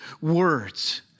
words